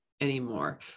anymore